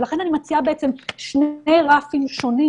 ולכן אני מציעה בעצם שני רפים שונים